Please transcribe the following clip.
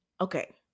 okay